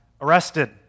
arrested